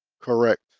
Correct